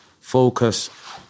Focus